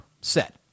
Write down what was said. set